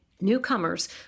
newcomers